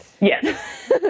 Yes